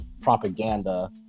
propaganda